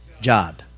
job